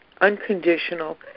unconditional